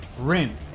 Rin